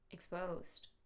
Exposed